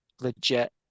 legit